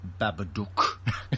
Babadook